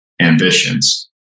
ambitions